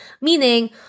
Meaning